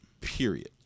Period